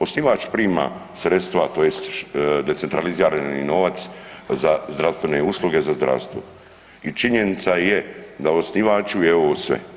Osnivač prima sredstva, tj. decentralizirani novac za zdravstvene usluge, za zdravstvo i činjenica je da osnivaču je ovo sve.